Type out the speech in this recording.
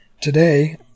Today